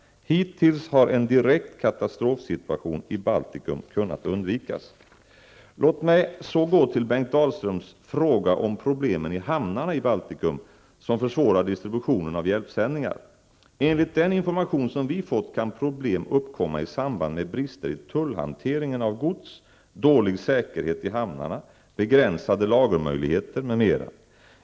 Hittills har en direkt katastrofsituation i Baltikum kunnat undvikas. Låt mig så gå till Bengt Dalströms fråga om problemen i hamnarna i Baltikum, som försvårar distributionen av hjälpsändningar. Enligt den information som vi fått kan problem uppkomma i samband med brister i tullhanteringen av gods, dålig säkerhet i hamnarna, begränsade lagermöjligheter m.m.